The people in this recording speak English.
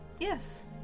Yes